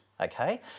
Okay